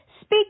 Speak